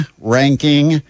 ranking